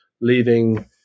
leaving